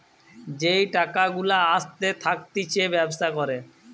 যেই টাকা গুলা আসতে থাকতিছে ব্যবসা করে